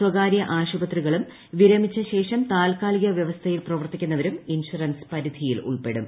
സ്വകാരൃ ആശുപത്രികളും വിരമിച്ച ശേഷം താൽക്കാലിക വൃവസ്ഥയിൽ പ്രവർത്തിക്കുന്നവരും ഇൻഷുറൻസ് പരിധിയിൽ ഉൾപ്പെടും